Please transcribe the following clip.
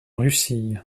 russie